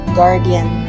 guardian